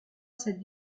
cette